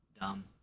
Dumb